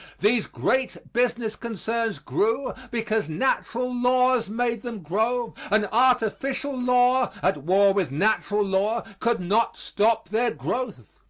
these great business concerns grew because natural laws made them grow and artificial law at war with natural law could not stop their growth.